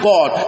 God